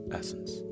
essence